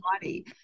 body